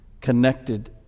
connected